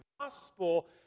gospel